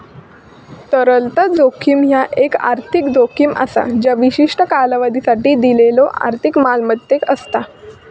तरलता जोखीम ह्या एक आर्थिक जोखीम असा ज्या विशिष्ट कालावधीसाठी दिलेल्यो आर्थिक मालमत्तेक असता